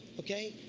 okay?